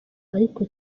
ariko